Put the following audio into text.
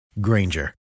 Granger